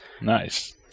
Nice